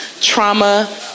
Trauma